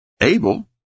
Abel